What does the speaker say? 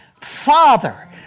father